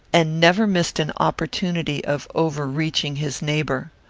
and never missed an opportunity of overreaching his neighbour.